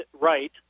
Right